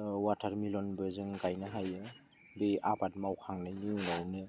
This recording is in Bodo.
अवाटारमेलनबो जों गायनो हायो बे आबाद मावखांनायनि उनावनो